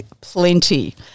plenty